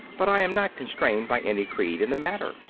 but i am not constrained by any creed in the matter,